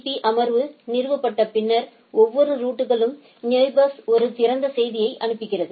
B அமர்வு நிறுவப்பட்ட பின்னர் ஒவ்வொரு ரவுட்டர்களும் நெயிபோர்ஸ்களுக்கு ஒரு திறந்த செய்தியை அனுப்புகிறது